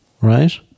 Right